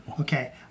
Okay